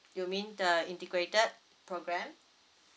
you mean the integrated programme